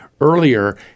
Earlier